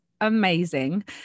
amazing